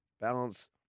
balance